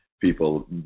people